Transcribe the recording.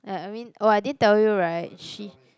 I I mean oh I didn't tell you right she